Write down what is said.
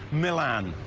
milan.